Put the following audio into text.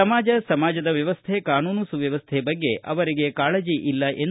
ಸಮಾಜ ಸಮಾಜದ ವ್ಯವಸ್ಥೆ ಕಾನೂನು ಸುವ್ಯವಸ್ಟೆ ಬಗ್ಗೆ ಅವರಿಗೆ ಕಾಳಜಿ ಇಲ್ಲ ಎಂದು ಟೀಕಿಸಿದರು